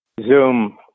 Zoom